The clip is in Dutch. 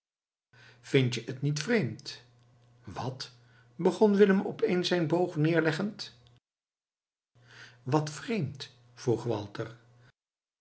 huisdeur vind-je het niet vreemd wal begon willem opeens zijn boog neerleggend wat vreemd vroeg walter